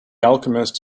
alchemist